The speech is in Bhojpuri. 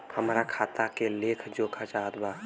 हमरा खाता के लेख जोखा चाहत बा?